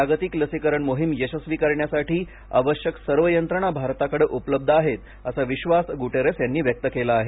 जागतिक लसीकरण मोहीम यशस्वी करण्यासाठी आवश्यक सर्व यंत्रणा भारताकडे उपलब्ध आहे असा विश्वास गुटेरस यांनी व्यक्त केला आहे